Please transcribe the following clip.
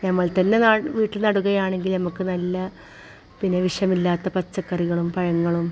ഞമ്മൾ തന്നെ ന വീട്ടിൽ നടുകയാണെങ്കിൽ ഞമുക്ക് നല്ല പിന്നെ വിഷമില്ലാത്ത പച്ചക്കറികളും പഴങ്ങളും